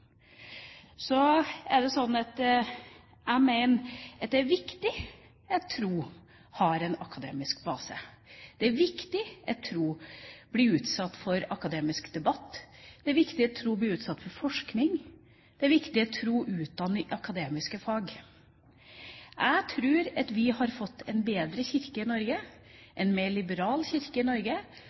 Så er det slik at jeg mener at det er viktig at tro har en akademisk base. Det er viktig at tro blir utsatt for akademisk debatt. Det er viktig at tro blir utsatt for forskning. Det er viktig at tro utdanner i akademiske fag. Jeg tror at vi har fått en bedre kirke i Norge, en mer liberal kirke i Norge,